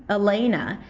ah elena,